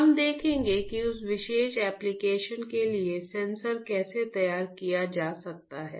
हम देखेंगे कि उस विशेष एप्लिकेशन के लिए सेंसर कैसे तैयार किए जा सकते हैं